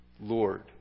Lord